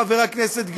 חבר הכנסת גליק,